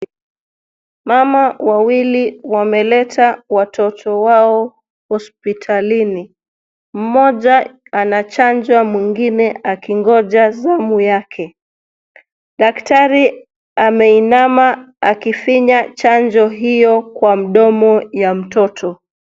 Mama wawili wameleta watoto wao hospitalini, mmoja anachanjwa mwingine aki ngoja zamu yake. Daktari ame inama akifinya chanjo hio kwa mdomo ya mtoto.